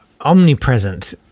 omnipresent